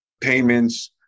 payments